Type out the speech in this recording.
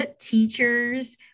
teachers